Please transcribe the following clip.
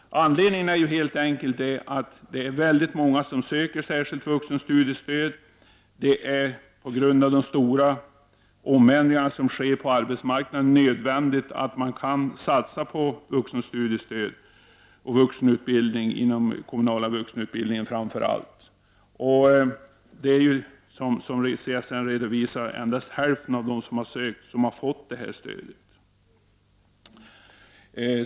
Anledningen är helt enkelt att det är väldigt många som ansöker om särskilt vuxenstudiestöd. På grund av de stora ändringar som sker på arbetsmarknaden är det nödvändigt att satsa på vuxenstudiestödet och på vuxenutbildning framför allt inom den kommunala vuxenutbildningen. Som CSN redovisar är det endast hälften av de sökande som har fått det här stödet.